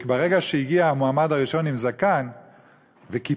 וברגע שהגיע המועמד הראשון עם זקן וכיפה,